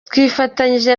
twifatanyije